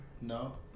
No